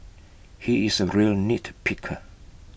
he is A real nitpicker